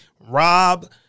Rob